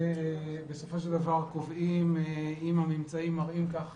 ובסופו של דבר קובעים אם הממצאים מראים כך,